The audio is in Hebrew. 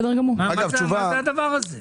מה זה הדבר הזה?